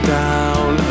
down